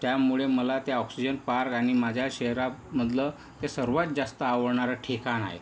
त्यामुळे मला ते ऑक्सिजन पार्क आणि माझ्या शहरामधलं हे सर्वांत जास्त आवडणारं ठिकाण आहे